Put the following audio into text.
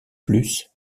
plus